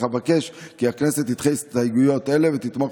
אך אבקש כי הכנסת תדחה הסתייגויות אלה ותתמוך